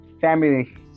family